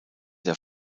der